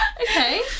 Okay